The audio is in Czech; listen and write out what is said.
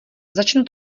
začnu